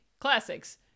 classics